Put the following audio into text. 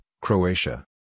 Croatia